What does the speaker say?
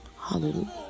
Hallelujah